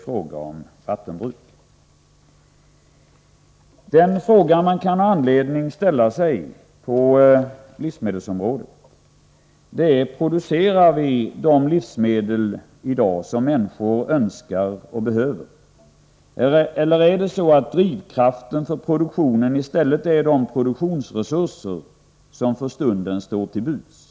På livsmedelsområdet finns det anledning att ställa följande frågor: Producerar vi i dag de livsmedel som människor önskar och behöver? Eller är drivkraften för produktionen i stället de produktionsresurser som för stunden står till buds?